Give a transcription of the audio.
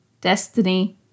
Destiny